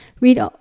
read